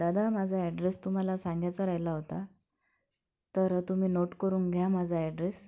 दादा माझा ॲड्रेस तुम्हाला सांगायचा राहिला होता तर तुम्ही नोट करून घ्या माझा ॲड्रेस